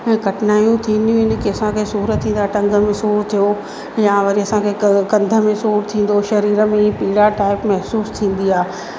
कठिनाइयूं थींदियूं कंहिंसां कंहिंसां सूरु थींदा टंग में सूर थियो या वरी असांखे कंधि में सूरु थींदो शरीर में पीला टाइप महसूसु थींदी आहे